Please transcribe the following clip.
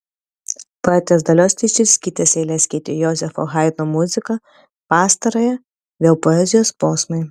poetės dalios teišerskytės eiles keitė jozefo haidno muzika pastarąją vėl poezijos posmai